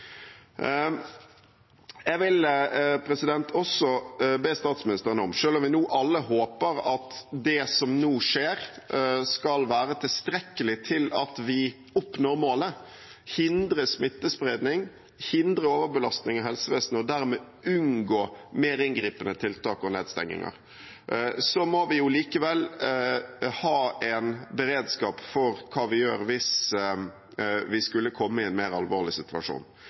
om vi alle håper at det som nå skjer, skal være tilstrekkelig til at vi oppnår målet – hindre smittespredning, hindre overbelastning i helsevesenet og dermed unngå mer inngripende tiltak og nedstenginger – må vi likevel ha en beredskap for hva vi gjør hvis vi skulle komme i en mer alvorlig situasjon.